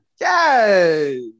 Yes